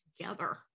together